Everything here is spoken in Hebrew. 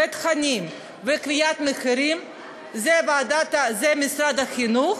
התכנים וקביעת המחירים זה משרד החינוך,